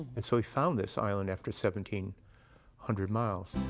and so, he found this island after seventeen hundred miles.